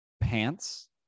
pants